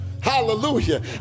Hallelujah